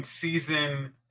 season